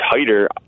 tighter